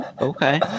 Okay